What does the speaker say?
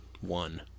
one